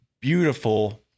beautiful